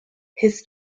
his